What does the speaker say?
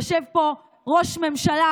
יושב פה ראש ממשלה,